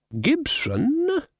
Gibson